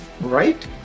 right